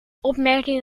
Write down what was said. opmerking